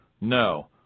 No